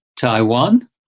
Taiwan